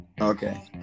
okay